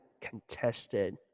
contested